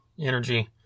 energy